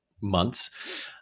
months